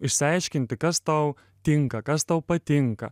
išsiaiškinti kas tau tinka kas tau patinka